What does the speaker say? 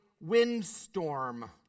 windstorm